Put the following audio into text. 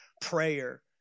prayer